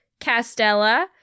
Castella